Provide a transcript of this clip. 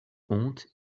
honte